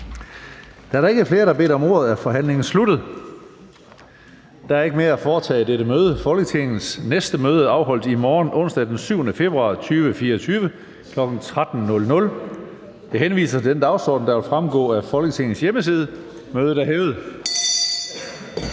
Meddelelser fra formanden Tredje næstformand (Karsten Hønge): Der er ikke mere at foretage i dette møde. Folketingets næste møde afholdes i morgen, onsdag den 7. februar 2024, kl. 13.00. Jeg henviser til den dagsorden, der vil fremgå af Folketingets hjemmeside. Mødet er hævet.